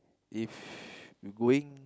if going